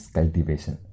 Cultivation